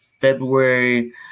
February